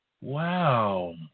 Wow